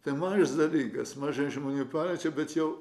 tai mažas dalykas mažai žmonių paliečia bet jau